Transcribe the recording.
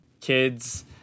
Kids